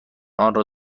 آنرا